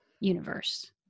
universe